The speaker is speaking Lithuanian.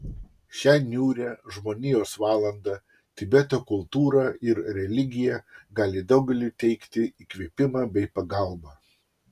šią niūrią žmonijos valandą tibeto kultūra ir religija gali daugeliui teikti įkvėpimą bei pagalbą